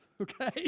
okay